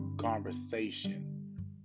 conversation